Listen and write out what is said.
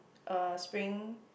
uh spring